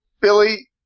Billy